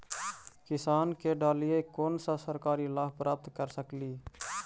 किसान के डालीय कोन सा सरकरी लाभ प्राप्त कर सकली?